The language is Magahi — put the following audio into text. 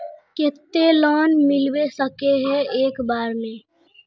केते लोन मिलबे सके है एक बार में?